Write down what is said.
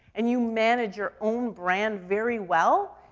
and you manage your own brand very well,